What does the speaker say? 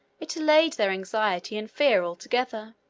it allayed their anxiety and fear altogether.